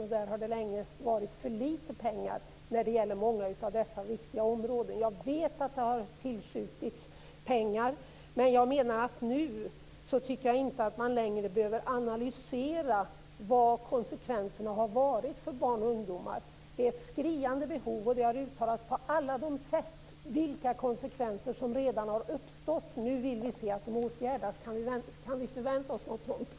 Det har länge varit för lite pengar till många av dessa viktiga områden. Jag vet att det har tillskjutits pengar. Men jag tycker inte att man längre behöver analysera vilka konsekvenserna har varit för barn och ungdomar. Det finns ett skriande behov av pengar, och det har på alla sätt uttalats vilka konsekvenser som redan har uppstått. Nu vill vi se att de åtgärdas. Kan vi förvänta oss något sådant?